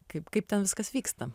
kaip kaip ten viskas vyksta